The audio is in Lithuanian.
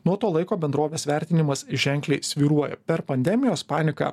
nuo to laiko bendrovės vertinimas ženkliai svyruoja per pandemijos paniką